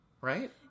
right